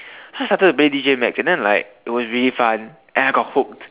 so I started to play D_J-max and then like it was really fun and I got hooked